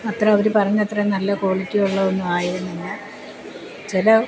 അത്ര അവർ പറഞ്ഞത്രയും നല്ല ക്വാളിറ്റി ഉള്ള ഒന്നും ആയിരുന്നില്ല ചില